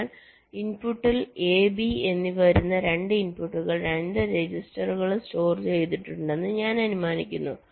അതിനാൽ ഇൻപുട്ടിൽ A B എന്നിവ വരുന്ന 2 ഇൻപുട്ടുകൾ 2 രജിസ്റ്ററുകളിൽ സ്റ്റോർ ചെയ്തിട്ടുണ്ടെന്ന് ഞാൻ അനുമാനിക്കുന്നു